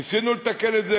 ניסינו לתקן את זה,